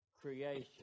creation